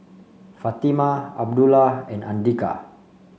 Fatimah Abdullah and Andika